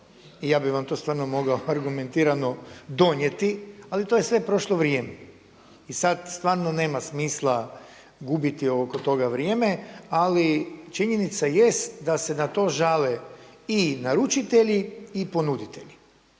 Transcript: i ja bih vam to stvarno mogao argumentirano donijeti, ali to je sve prošlo vrijeme i sada stvarno nema smisla gubiti oko toga vrijeme, ali činjenica jest da se na to žale i naručitelji i ponuditelji.